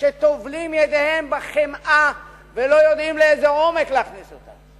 שהם טובלים ידיהם בחמאה ולא יודעים לאיזה עומק להכניס אותן.